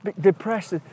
depressed